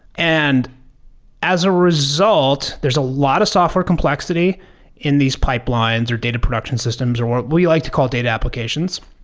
and as a result, there's a lot of software complexity in these pipelines, or data production systems, or or what you like to call data applications.